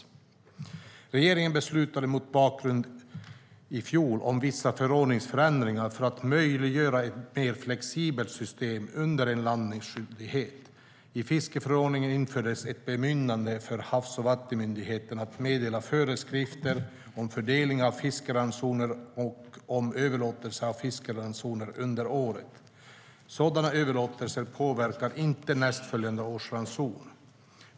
Mot den bakgrunden beslutade regeringen i fjol om vissa förordningsändringar för att möjliggöra ett mer flexibelt system under en landningsskyldighet. I fiskeförordningen infördes ett bemyndigande för Havs och vattenmyndigheten att meddela föreskrifter om fördelning av fiskeransoner och om överlåtelser av fiskeransoner under året. Sådana överlåtelser påverkar inte nästföljande års ransoner.